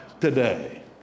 today